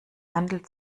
handel